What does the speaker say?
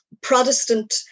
protestant